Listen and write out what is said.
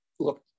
look